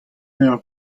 eur